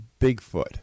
Bigfoot